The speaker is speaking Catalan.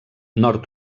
nord